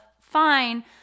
fine